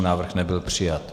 Návrh nebyl přijat.